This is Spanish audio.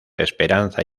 esperanza